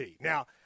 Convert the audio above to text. Now